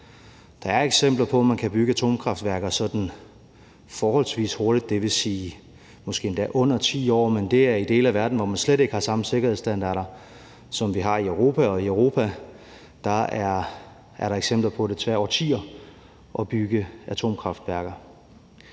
Der er eksempler på, at man kan bygge atomkraftværker sådan forholdsvis hurtigt, dvs. måske endda på under 10 år, men det er i dele af verden, hvor man slet ikke har samme sikkerhedsstandarder, som vi har i Europa. Og i Europa er der eksempler på, at det tager årtier at bygge atomkraftværker.